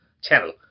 channel